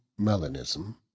melanism